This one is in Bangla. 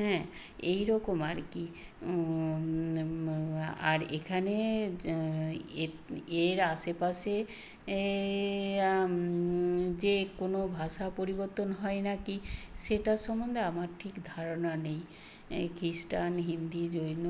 হ্যাঁ এই রকম আর কি আর এখানে এর এর আশেপাশে যে কোনো ভাষা পরিবর্তন হয় না কি সেটা সম্বন্ধে আমার ঠিক ধারণা নেই এই খ্রিস্টান হিন্দি জৈন